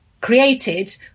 created